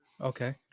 Okay